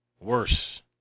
worse